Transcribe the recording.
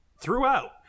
throughout